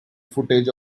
footage